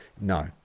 No